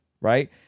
right